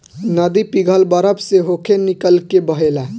नदी पिघल बरफ से होके निकल के बहेला